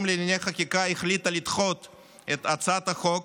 לענייני חקיקה החליטה לדחות את הצעת החוק